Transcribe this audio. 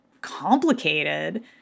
complicated